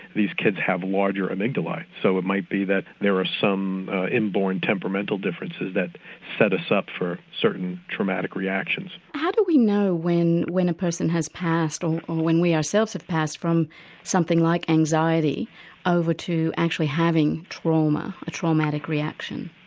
these kids have larger amygdalae so it might be that there are some inborn temperamental differences that set us up for certain traumatic reactions. how do we know when when a person has passed or when we ourselves have passed from something like anxiety over to actually having trauma, a traumatic reaction?